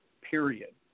Period